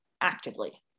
actively